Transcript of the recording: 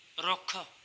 ਰੁੱਖ